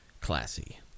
Classy